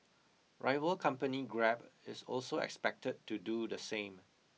rival company Grab is also expected to do the same